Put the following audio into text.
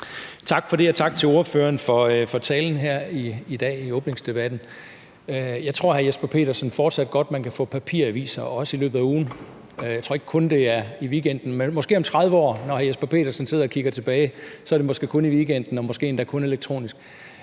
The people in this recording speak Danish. Tak for det, og tak til ordføreren for talen her i dag i åbningsdebatten. Jeg tror fortsat godt, man kan få papiraviser, også i løbet af ugen. Jeg tror ikke kun, det er i weekenden, men måske er det om 30 år, når hr. Jesper Petersen sidder og kigger tilbage, kun i weekenden og måske endda kun i elektronisk